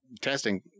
testing